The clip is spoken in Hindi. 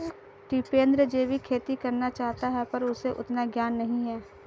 टिपेंद्र जैविक खेती करना चाहता है पर उसे उतना ज्ञान नही है